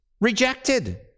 rejected